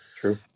True